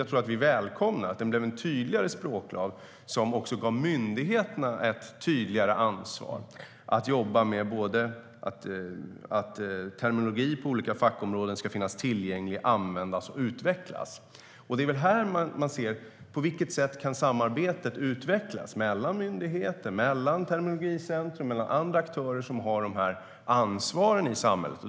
Jag tror att vi välkomnar att det blev en tydligare språklag som också gav myndigheterna ett tydligare ansvar att jobba med att terminologi inom olika fackområden ska finnas tillgänglig, användas och utvecklas. Det är väl här man ser på vilket sätt samarbetet kan utvecklas mellan myndigheter och Terminologicentrum och andra aktörer som har detta ansvar i samhället.